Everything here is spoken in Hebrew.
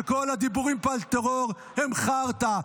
שכל הדיבורים פה על טרור הם חרטה.